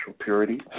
purity